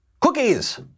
Cookies